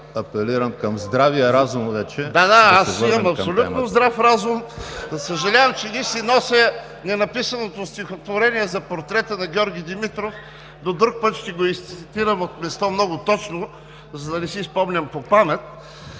(БСП за България): Да, да, аз имам абсолютно здрав разум. Съжалявам, че не си нося написаното стихотворение за портрета на Георги Димитров, но друг път ще го изрецитирам от място много точно, за да не си спомням по памет.